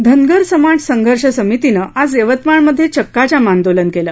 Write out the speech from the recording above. धनगर समाज संघर्ष समितीनं आज यवतमाळमध्ये चक्काजाम आंदोलन केलं